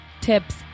tips